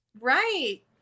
Right